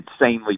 insanely